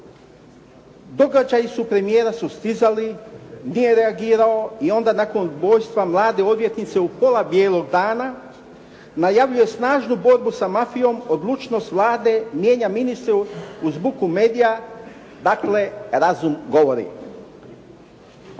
Događaji su premijera sustizali, nije reagirao i onda nakon ubojstva mlade odvjetnice u pola bijelog dana najavljuje snažnu borbu sa mafijom, odlučnost Vlade mijenja ministru uz buku medija, dakle razum govori.